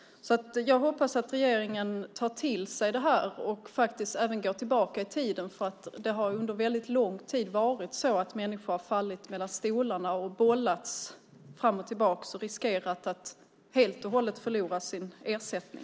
Jag hoppas att regeringen tar till sig det här och även går tillbaka i tiden, för det har under väldigt lång tid varit så att människor har fallit mellan stolarna. De har bollats fram och tillbaka och riskerat att helt och hållet förlora sin ersättning.